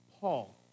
Paul